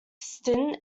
stint